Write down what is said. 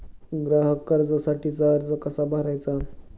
ग्राहक कर्जासाठीचा अर्ज कसा भरायचा?